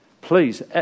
Please